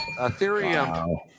ethereum